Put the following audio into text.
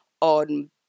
on